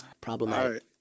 Problematic